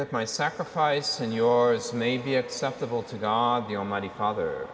that my sacrifice and yours may be acceptable to god the almighty father